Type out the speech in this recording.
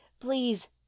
Please